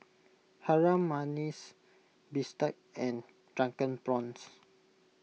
Harum Manis Bistake and Drunken Prawns